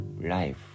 life